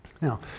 Now